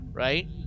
Right